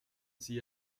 sie